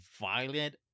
violent